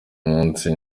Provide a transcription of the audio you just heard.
munsi